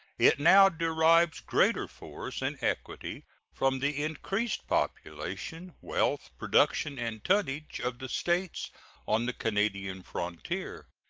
it now derives greater force and equity from the increased population, wealth, production, and tonnage of the states on the canadian frontier.